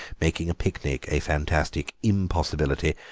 making a picnic a fantastic impossibility.